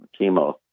chemo